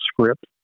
script